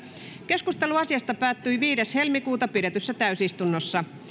keskustelu asiasta päättyi viides toista kaksituhattayhdeksäntoista pidetyssä täysistunnossa